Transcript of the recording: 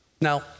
Now